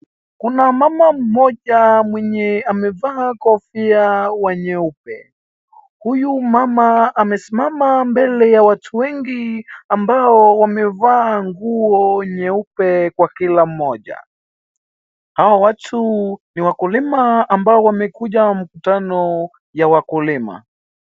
Kuna mama mmoja mwenye amevaa kofia wa nyeupe huyu mama amesimama mbele ya watu wengi ambao wamevaa nguo nyeupe kwa kila mmoja. Hao watu ni wakulima ambao wamekuja mkutano ya wakulima.